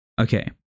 Okay